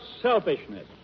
selfishness